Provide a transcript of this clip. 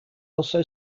also